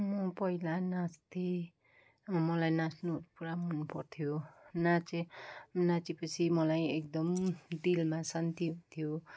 म पहिला नाच्थेँ अब मलाई नाच्नु पुरा मनपर्थ्यो नाचेँ नाचेपछि मलाई एकदम दिलमा शान्ति हुन्थ्यो